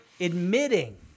admitting